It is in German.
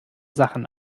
sachen